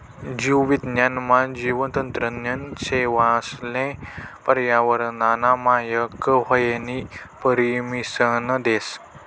जीव विज्ञान मा, जीन नियंत्रण जीवेसले पर्यावरनना मायक व्हवानी परमिसन देस